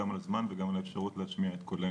גם על הזמן וגם על האפשרות להשמיע את קולנו.